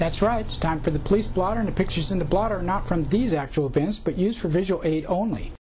that's right it's time for the police blotter to pictures in the blotter not from these actual business but use for visual aid only